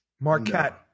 Marquette